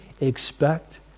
expect